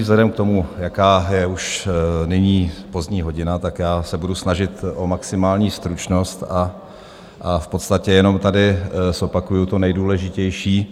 Vzhledem k tomu, jaká je už nyní pozdní hodina, tak se budu snažit o maximální stručnost a v podstatě jenom tady zopakuju to nejdůležitější.